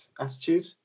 attitude